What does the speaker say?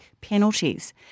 penalties